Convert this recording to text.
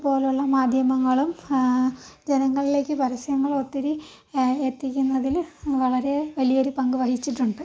പോലുള്ള മാധ്യമങ്ങളും ജനങ്ങളിലേക്ക് പരസ്യങ്ങൾ ഒത്തിരി എത്തിക്കുന്നതില് വളരെ വലിയൊരു പങ്ക് വഹിച്ചിട്ടുണ്ട്